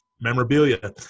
memorabilia